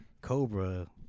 Cobra